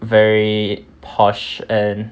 very posh and